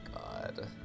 God